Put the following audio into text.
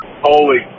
Holy